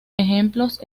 ejemplos